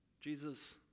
Jesus